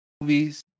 movies